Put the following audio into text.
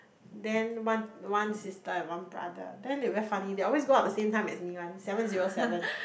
then one one sister and one brother then they very funny they always go up the same time as me one seven zero seven